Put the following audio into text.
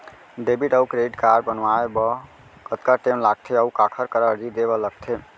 Debit अऊ credit card बनवाए मा कतका टेम लगथे, अऊ काखर करा अर्जी दे बर लगथे?